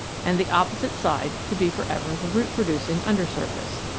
and the opposite side to be for ever the root-producing under surface.